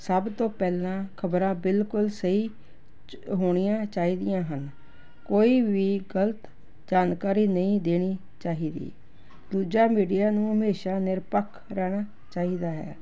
ਸਭ ਤੋਂ ਪਹਿਲਾਂ ਖਬਰਾਂ ਬਿਲਕੁਲ ਸਹੀ ਚ ਹੋਣੀਆਂ ਚਾਹੀਦੀਆਂ ਹਨ ਕੋਈ ਵੀ ਗਲਤ ਜਾਣਕਾਰੀ ਨਹੀਂ ਦੇਣੀ ਚਾਹੀਦੀ ਦੂਜਾ ਮੀਡੀਆ ਨੂੰ ਹਮੇਸ਼ਾ ਨਿਰਪੱਖ ਰਹਿਣਾ ਚਾਹੀਦਾ ਹੈ